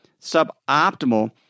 suboptimal